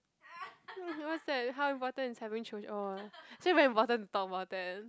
what's that how important in having children oh so very important to talk about then